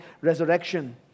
resurrection